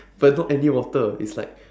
but not any water it's like